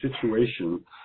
situation